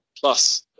plus